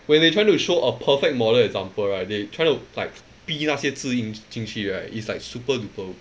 when they trying to show a perfect model example right they try to like 逼那些字音进去 right it's like super duper